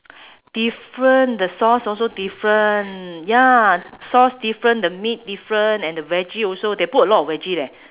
different the sauce also different ya sauce different the meat different and the veggie also they put a lot of veggie leh